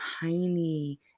tiny